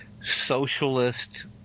socialist